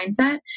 mindset